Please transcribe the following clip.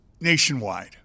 nationwide